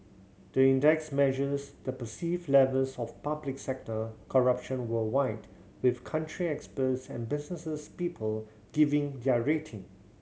the index measures the perceived levels of public sector corruption worldwide with country experts and business people giving their rating